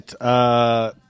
right